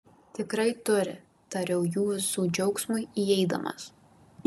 tikrai turi tariau jų visų džiaugsmui įeidamas